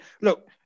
look